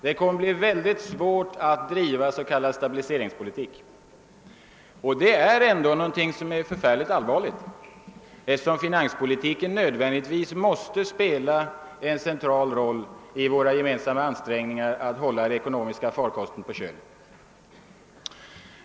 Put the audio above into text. Det kommer att bli svårt att driva s.k. stabiliseringspolitik. Och detta är något mycket allvarligt, eftersom finanspolitiken nödvändigtvis måste spela en central roll i våra gemensamma ansträngningar att hålla den ekonomiska farkosten på rätt köl.